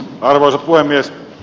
arvoisa puhemies